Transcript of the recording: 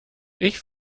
ich